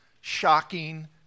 shocking